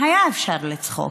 היה אפשר לצחוק.